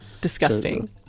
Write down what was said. Disgusting